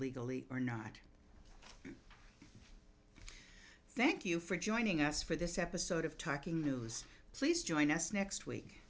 legally or not thank you for joining us for this episode of talking news please join us next week